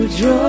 draw